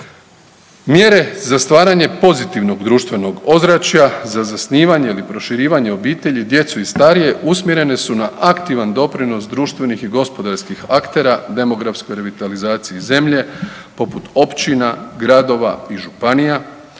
Mjere za stvaranje pozitivnog društvenog ozračja za zasnivanje ili proširivanje obitelji, djecu i starije usmjerene su na aktivan doprinos društvenih i gospodarskih aktera demografskoj revitalizaciji zemlje poput općina, gradova i županija,